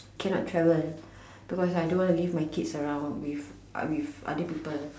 cannot travel because I don't want to leave my kids around with uh with other people